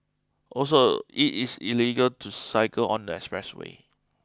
also it is illegal to cycle on the express way